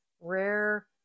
rare